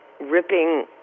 ripping